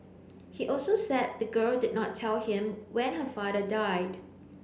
he also said the girl did not tell him when her father died